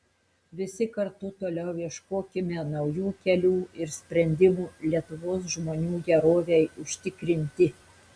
visi kartu toliau ieškokime naujų kelių ir sprendimų lietuvos žmonių gerovei užtikrinti